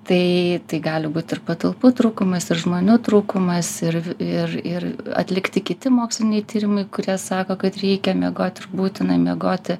tai gali būti ir patalpų trūkumas ir žmonių trūkumas ir ir ir atlikti kiti moksliniai tyrimai kurie sako kad reikia miegoti ir būtina miegoti